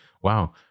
wow